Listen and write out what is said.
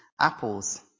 apples